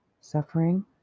suffering